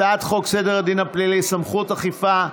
הצעת חוק סדר הדין הפלילי (סמכויות אכיפה,